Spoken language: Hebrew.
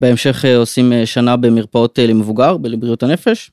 בהמשך עושים שנה במרפאות למבוגר, בלבריאות הנפש.